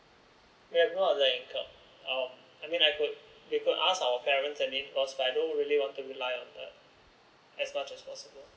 we've no other income um I mean I could we could ask our parents but I don't really want to rely on them as much as possible